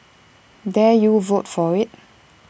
dare you vote for IT